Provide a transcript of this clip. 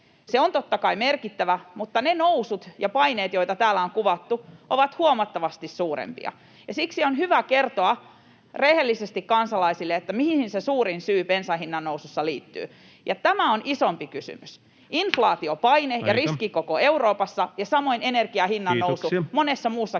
Se on totta kai merkittävä, mutta ne nousut ja paineet, joita täällä on kuvattu, ovat huomattavasti suurempia. Siksi on hyvä kertoa rehellisesti kansalaisille, mihin se suurin syy bensan hinnannousussa liittyy, ja tämä on isompi kysymys: [Puhemies: Aika!] inflaatiopaine ja riski koko Euroopassa ja samoin energian hinnannousu [Puhemies: